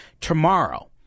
tomorrow